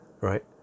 right